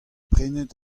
prenet